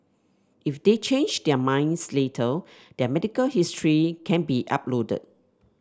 if they change their minds later their medical history can be uploaded